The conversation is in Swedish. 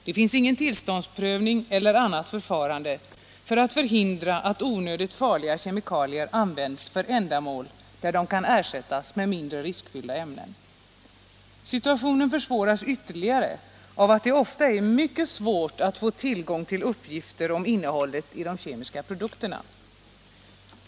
Det finns ingen tillståndsprövning eller annat förfarande för att förhindra att onödigt farliga kemikalier används för ändamål där de kan ersättas med mindre riskfyllda ämnen. Situationen försvåras ytterligare av att det ofta är mycket svårt att få tillgång till uppgifter om innehållet i de kemiska produkterna.